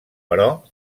però